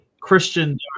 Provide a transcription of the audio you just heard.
Christian